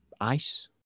ice